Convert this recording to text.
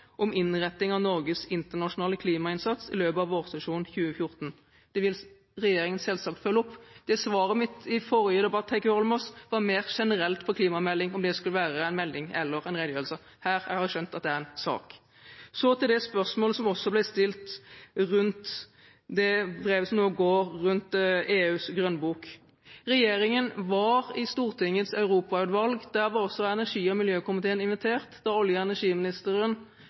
om innretting av Norges internasjonale klimainnsats i løpet av vårsesjonen 2014. Det vil regjeringen selvsagt følge opp. Svaret mitt i forrige debatt til Heikki Holmås var mer generelt om klimamelding – om det skulle være en melding eller en redegjørelse. Her har jeg skjønt at det er en sak. Så til spørsmålet som også ble stilt om brevet som nå går om EUs grønnbok. Regjeringen var i Stortingets europautvalg. Der var også energi- og miljøkomiteen invitert, da olje- og energiministeren,